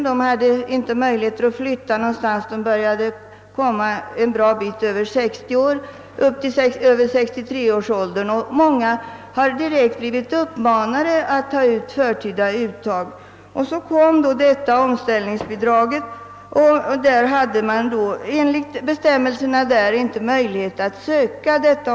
De hade inte möjligheter att flytta någonstans, de började komma upp i 63-årsåldern och många blev direkt uppmanade att göra förtida uttag. Så inför des omställningsbidraget, men då hade vederbörande enligt bestämmelserna inte längre möjlighet att söka detta.